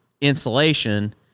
insulation